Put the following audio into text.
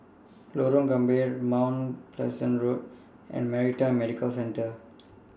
Lorong Gambir Mount Pleasant Road and Maritime Medical Centre